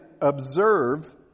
observe